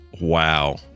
wow